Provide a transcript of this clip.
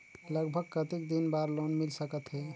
लगभग कतेक दिन बार लोन मिल सकत हे?